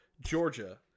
Georgia